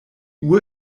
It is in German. uhr